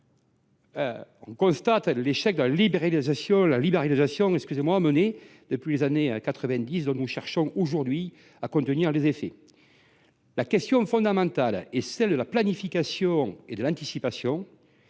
constatons l’échec de la libéralisation menée depuis les années 1990, dont nous cherchons aujourd’hui à contenir les effets. Les questions fondamentales sont celles de la planification et de l’anticipation.